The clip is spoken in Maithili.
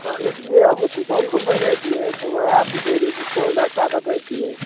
कहलहुॅं कि हमे सुपौल घूमय लए एलिय तऽ वएह पूछे रही की कोन रास्ता दए कऽ अइतिए